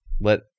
let